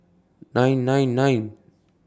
nine nine nine